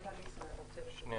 (2).